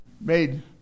made